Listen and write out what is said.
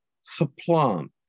supplant